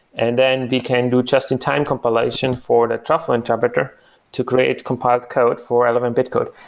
and then we can do just-in-time compilation for the truffle interpreter to create compiled code for llvm and bit code.